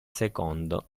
secondo